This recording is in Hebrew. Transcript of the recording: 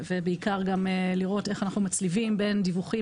בעיקר צריך לראות איך אנחנו מצליבים בין דיווחי